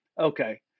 okay